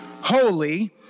holy